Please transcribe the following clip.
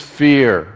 fear